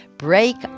Break